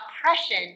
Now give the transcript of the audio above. oppression